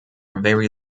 very